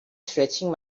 stretching